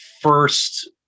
first